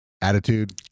attitude